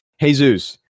Jesus